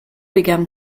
began